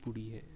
پڑی ہے